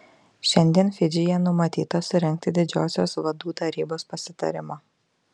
šiandien fidžyje numatyta surengti didžiosios vadų tarybos pasitarimą